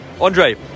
Andre